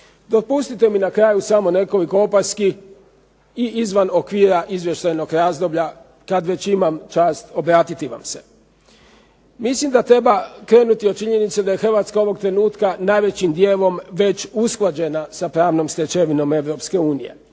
Dopustite mi na kraju samo nekoliko opaski i izvan okvira izvještajnog razdoblja kad već imam čast obratiti vam se. Mislim da treba krenuti od činjenice da je Hrvatska ovog trenutka najvećim dijelom već usklađena sa pravnom stečevinom